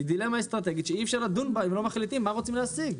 היא דילמה אסטרטגית שאי אפשר לדון בה אם לא מחליטים מה רוצים להשיג.